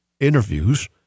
interviews